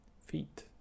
feet